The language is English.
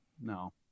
no